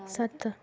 सत्त